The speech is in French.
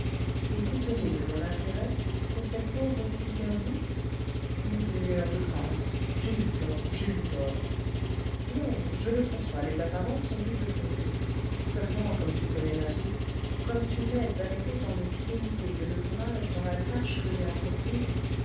et t'étonner de mon intérêt pour cette pauvre fille perdue monseigneur de grâce j'ai eu tort j'ai eu tort non je le conçois les apparences ont pu te tromper seulement comme tu connais ma vie comme tu m'aides avec autant de fidélité que de courage dans la tâche que j'ai entreprise